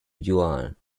yuan